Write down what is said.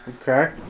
Okay